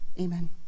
Amen